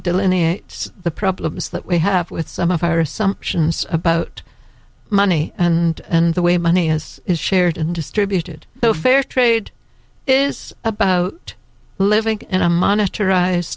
delineate the problems that we have with some of our assumptions about money and and the way money has is shared and distributed the fairtrade is about living in a monitor r